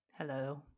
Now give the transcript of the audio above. Hello